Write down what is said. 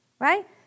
right